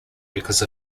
because